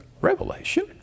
Revelation